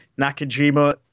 Nakajima